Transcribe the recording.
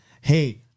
Hey